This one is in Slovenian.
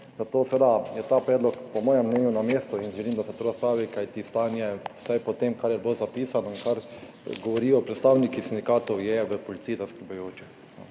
Zato je seveda ta predlog po mojem mnenju na mestu in želim, da se to ustavi, kajti stanje, vsaj po tem, kar je bilo zapisano in kar govorijo predstavniki sindikatov, je v Policiji zaskrbljujoče.